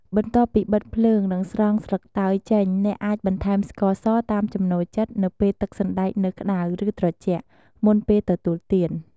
បន្ទាប់ពីបិទភ្លើង និងស្រង់ស្លឹកតើយចេញ អ្នកអាចបន្ថែមស្ករសតាមចំណូលចិត្តនៅពេលទឹកសណ្តែកនៅក្ដៅ ឬត្រជាក់ មុនពេលទទួលទាន។